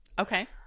okay